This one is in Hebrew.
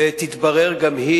תתברר גם היא,